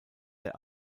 der